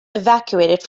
evacuated